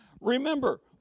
Remember